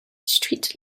street